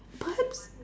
but